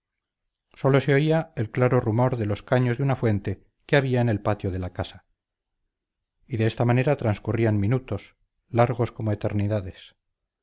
sólo se oía el claro rumor de los caños de una fuente que había en el patio de la casa y de esta manera transcurrían minutos largos como eternidades